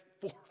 four